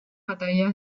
batalla